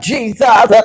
Jesus